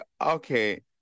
okay